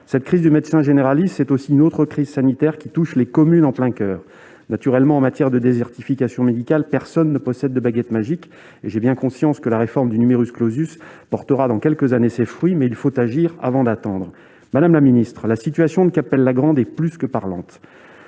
Cette crise du médecin généraliste est une autre crise sanitaire qui touche les communes en plein coeur. Naturellement, en matière de désertification médicale, personne ne possède de baguette magique, et j'ai bien conscience que la réforme du portera ses fruits dans quelques années, mais il faut agir avant d'attendre. La situation de Cappelle-la-Grande est plus que parlante.